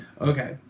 Okay